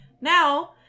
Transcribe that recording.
Now